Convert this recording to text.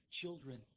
Children